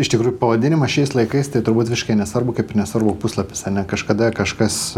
iš tikrųjų pavadinimas šiais laikais tai turbūt visiškai nesvarbu kaip nesvarbu puslapis ane kažkada kažkas